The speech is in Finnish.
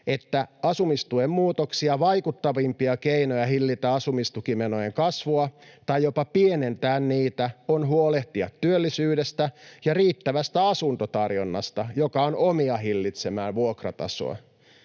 että asumistuen muutoksia vaikuttavampia keinoja hillitä asumistukimenojen kasvua tai jopa pienentää niitä on huolehtia työllisyydestä ja riittävästä asuntotarjonnasta, joka on omiaan hillitsemään vuokratasoa.”